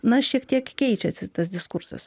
na šiek tiek keičiasi tas diskursas